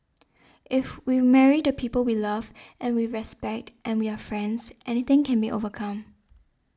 if we marry the people we love and we respect and we are friends anything can be overcome